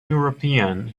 european